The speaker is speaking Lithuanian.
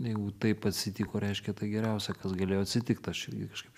jeigu taip atsitiko reiškia tai geriausia kas galėjo atsitikt aš irgi kažkaip